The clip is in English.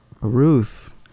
Ruth